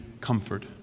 comfort